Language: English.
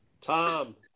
Tom